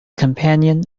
companion